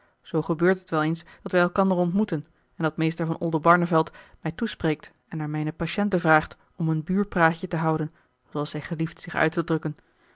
zoo gebeurt het wel eens dat wij elkander ontmoeten en dat meester van oldenbarneveld mij toespreekt en naar mijne patiënten vraagt om een buurpraatje te houden zooals hij gelieft zich uit te drukken